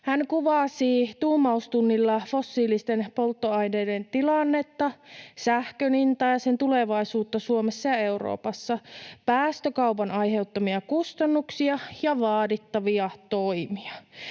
Hän kuvasi tuumaustunnilla fossiilisten polttoaineiden tilannetta, sähkön hintaa ja sen tulevaisuutta Suomessa ja Euroopassa, päästökaupan aiheuttamia kustannuksia ja vaadittavia toimia.